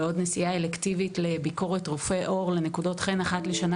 ועוד נסיעה אלקטיבית לביקורת רופא עור לנקודות חן אחת לשנה,